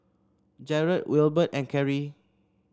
Jarod Wilbert and Kerri